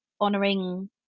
honoring